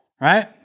Right